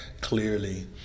clearly